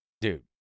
dude